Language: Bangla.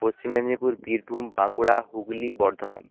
পশ্চিম মেদিনীপুর বীরভূম বাঁকুড়া হুগলি বর্ধমান